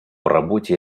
работе